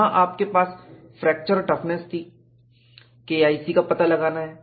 वहां आपके पास फ्रैक्चर टफनेस थी KIC का पता लगाना है